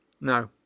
No